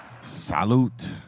salute